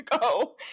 go